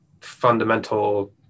fundamental